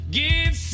give